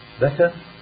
better